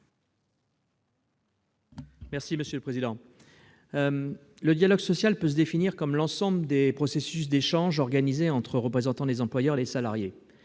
Marie, sur l'article. Le dialogue social peut se définir comme l'ensemble des processus d'échanges organisés entre représentants des employeurs et des salariés.